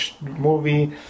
movie